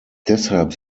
deshalb